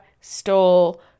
stole